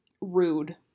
rude